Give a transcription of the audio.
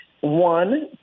one